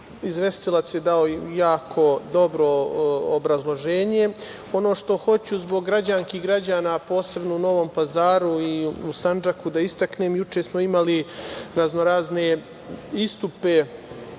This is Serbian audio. Izvestilac je dao jako dobro obrazloženje. Ono što hoću zbog građanki i građana, posebno u Novom Pazaru i Sandžaku, da istaknem jeste da smo juče imali raznorazne istupe